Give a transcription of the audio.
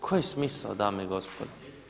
Koji je smisao dame i gospodo?